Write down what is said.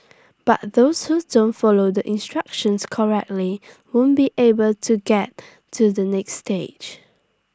but those who don't follow the instructions correctly won't be able to get to the next stage